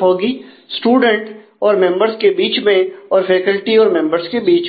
होगी स्टूडेंट्स और मेंबर्स के बीच में और फैकल्टी और मेंबर्स के बीच में